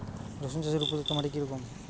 রুসুন চাষের উপযুক্ত মাটি কি রকম?